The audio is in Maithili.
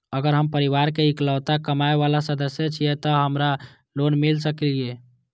अगर हम परिवार के इकलौता कमाय वाला सदस्य छियै त की हमरा लोन मिल सकीए?